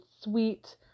sweet